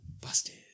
busted